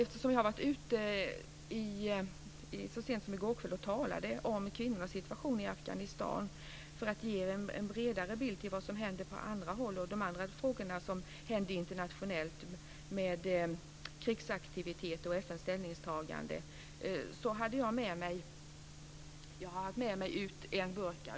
När jag har varit ute, så sent som i går kväll, och talat om kvinnornas situation i Afghanistan för att ge en bredare bild av vad som händer på andra håll och om de andra saker som händer internationellt med krigsaktiviteter och FN:s ställningstagande har jag haft med mig en burka.